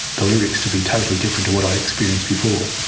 the lyrics to be totally different to what i experienced before.